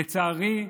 לצערי,